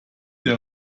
der